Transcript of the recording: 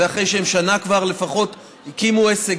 זה אחרי שהם כבר שנה לפחות הקימו עסק,